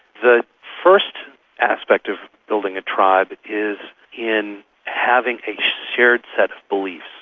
the first aspect of building a tribe is in having a shared set of beliefs.